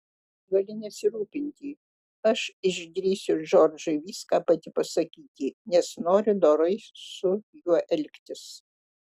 gali nesirūpinti aš išdrįsiu džordžui viską pati pasakyti nes noriu dorai su juo elgtis